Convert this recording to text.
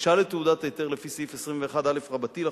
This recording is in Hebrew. בקשה לתעודת היתר לפי סעיף 21א לחוק,